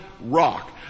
rock